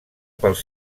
pels